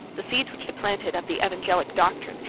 the seeds which they planted, of the evangelic doctrine,